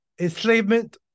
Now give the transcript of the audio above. enslavement